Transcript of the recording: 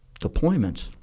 deployments